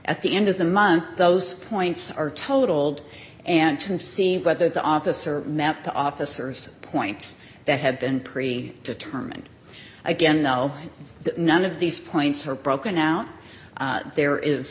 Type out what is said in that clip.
at the end of the month those points are totaled and to see whether the officer met the officers points that have been pretty determined again though none of these points are broken now there is